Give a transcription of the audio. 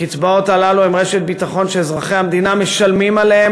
הקצבאות האלה הן רשת ביטחון שאזרחי המדינה משלמים עליה,